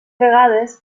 vegades